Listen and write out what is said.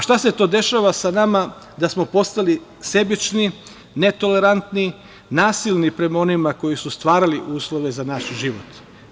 Šta se to dešava sa nama da smo postali sebični, netolerantni, nasilni prema onima koji su stvarali uslove za naš život?